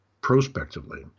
prospectively